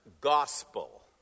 gospel